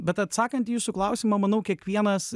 bet atsakant į jūsų klausimą manau kiekvienas